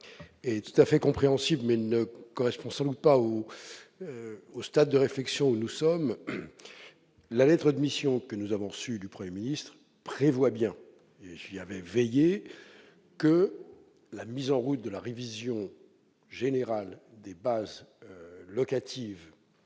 est tout à fait compréhensible, elle ne correspond sans doute pas au stade de réflexion où nous sommes. La lettre de mission que M. Dominique Bur et moi-même avons reçue du Premier ministre prévoit bien- j'y avais veillé -que la mise en route de la révision générale des bases locatives